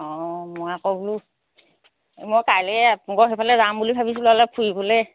অঁ মই আকৌ বোলো মই কাইলৈ আপোনালোকৰ সেইফালে যাম বুলি ভাবিছিলোঁ হ'লে ফুৰিবলৈ